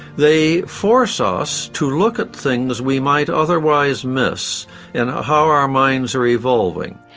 they force us to look at things we might otherwise miss in how our minds are evolving.